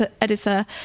editor